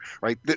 right